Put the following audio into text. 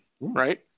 Right